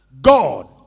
God